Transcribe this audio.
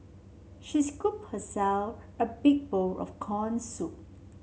she scoop herself a big bowl of corn soup